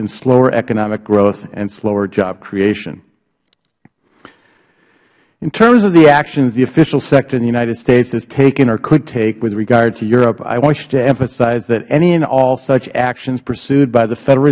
in slower economic growth and slower job creation in terms of the actions the official sector in the united states has taken or could take with regard to europe i want to emphasize that any and all such actions pursued by the federal